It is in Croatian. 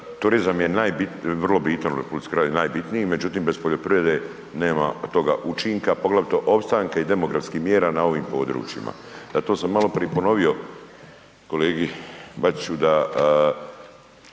Turizam je vrlo bitan u RH najbitniji, međutim bez poljoprivrede nema toga učinka poglavito opstanka i demografskih mjera na ovim područjima. Da to sam maloprije ponovio kolegi Bačiću da